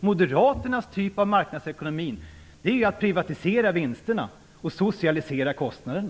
Moderaternas typ av marknadsekonomi är att privatisera vinsterna och socialisera kostnaderna!